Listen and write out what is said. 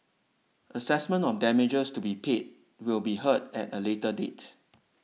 assessment of damages to be paid will be heard at a later date